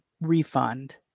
refund